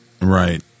Right